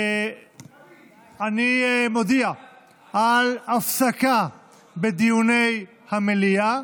אני מודיע על הפסקה בדיוני המליאה.